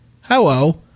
Hello